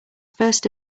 first